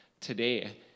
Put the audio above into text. today